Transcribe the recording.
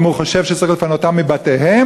אם הוא חושב שצריך לפנותם מבתיהם,